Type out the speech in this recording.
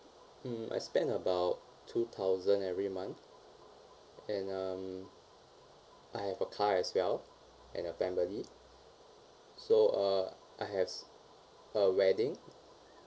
mm I spend about two thousand every month and um I have a car as well and a family so uh I has a wedding